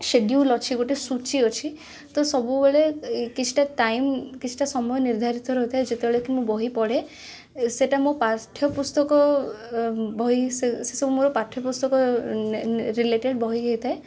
schedule ଅଛି ଗୋଟେ ସୂଚୀ ଅଛି ତ ସବୁବେଳେ କିଛିଟା ଟାଇମ କିଛିଟା ସମୟ ନିର୍ଦ୍ଧାରିତ ରହିଥାଏ ଯେତେବେଳେ କି ମୁଁ ବହି ପଢ଼େ ଏ ସେଇଟା ମୋ ପାଠ୍ୟପୁସ୍ତକ ବହି ସେ ସବୁ ମୋର ପାଠ୍ୟପୁସ୍ତକ ରିଲେଟେଡ଼ ବହି ହୋଇଥାଏ